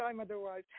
otherwise